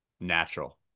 Natural